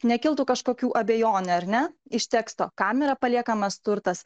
nekiltų kažkokių abejonių ar ne iš teksto kam yra paliekamas turtas